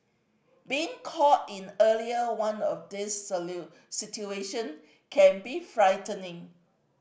being caught in earlier one of these situation can be frightening